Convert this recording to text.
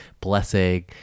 blessing